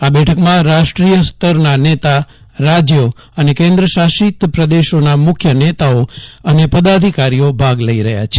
આ બેઠકમાં રાષ્ટ્રીય સ્તરના નેતા રાજ્યો અને કેન્દ્ર શાસિત પ્રદેશોના મુખ્ય નેતાઓ અને પદાષિકારીઓ ભાગ લઇ રહ્યા છે